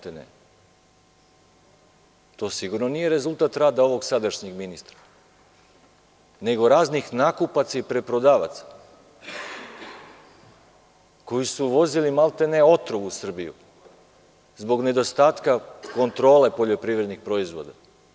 To sigurno nije rezultat rada ovog sadašnjeg ministra, nego raznih nakupaca i preprodavaca koji su uvozili maltene otrov u Srbiju, zbog nedostatka kontrole poljoprivrednih proizvoda.